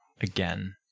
again